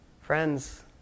Friends